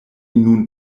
nun